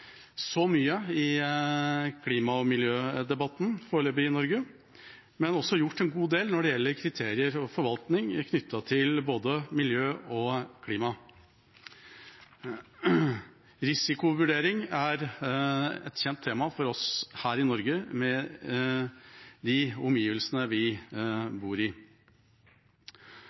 så mye i klima- og miljødebatten foreløpig i Norge, men også gjort en god del når det gjelder kriterier og forvaltning knyttet til både miljø og klima. Risikovurdering er et kjent tema for oss her i Norge med de omgivelsene vi bor i.